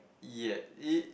yet it